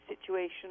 situation